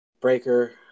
Breaker